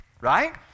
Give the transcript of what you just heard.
right